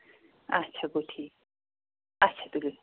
اَچھا گوٚو ٹھیٖک اچھا تُلِو